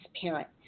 transparent